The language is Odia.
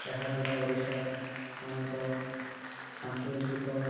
ଏହାଦ୍ୱାରା ଓଡ଼ିଶା ଅନେକ ସାଂସ୍କୃତିକ